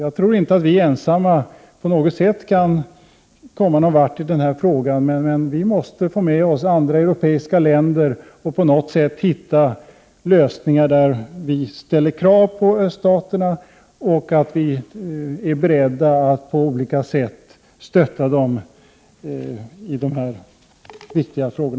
Jag tror inte att vi ensamma kan komma någon vart i den här frågan. Vi måste få med oss andra europeiska länder och försöka hitta lösningar där vi ställer krav på öststaterna och är beredda att på olika sätt stötta dem i dessa viktiga frågor.